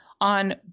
on